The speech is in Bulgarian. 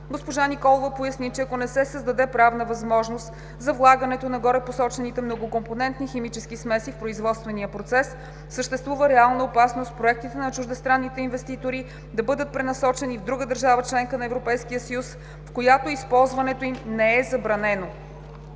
Госпожа Николова поясни, че ако не се създаде правна възможност за влагането на горепосочените многокомпонентни химически смеси в производствения процес, съществува реална опасност проектите на чуждестранните инвеститори да бъдат пренасочени в друга държава – членка на Европейския съюз, в която използването им не е забранено.